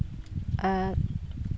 ᱟᱨ